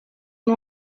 nom